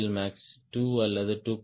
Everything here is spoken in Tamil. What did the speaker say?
எல்மேக்ஸ் 2 அல்லது 2